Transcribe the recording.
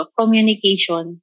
communication